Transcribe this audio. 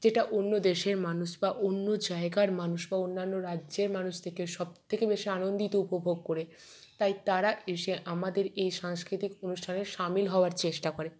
যেটা অন্য দেশের মানুষ বা অন্য জায়গার মানুষ বা অন্যান্য রাজ্যের মানুষ দেখে সবথেকে বেশি আনন্দিত উপভোগ করে তাই তারা এসে আমাদের এই সাংস্কৃতিক অনুষ্ঠানে শামিল হওয়ার চেষ্টা করে